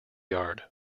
yard